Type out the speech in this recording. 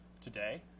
today